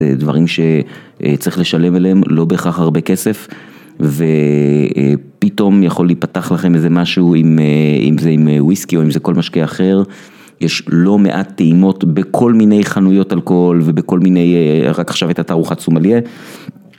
דברים שצריך לשלם אליהם לא בהכרח הרבה כסף ופתאום יכול להיפתח לכם איזה משהו אם זה עם וויסקי או אם זה כל משקי אחר יש לא מעט טעימות בכל מיני חנויות אלכוהול ובכל מיני, רק עכשיו את התערוכת סומליה